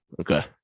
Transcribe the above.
Okay